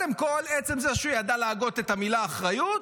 עצם זה שהוא ידע להגות את המילה אחריות,